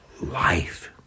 life